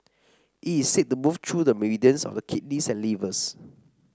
it is said to move through the meridians of the kidneys and livers